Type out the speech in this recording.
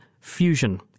fusion